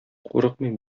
курыкмыйм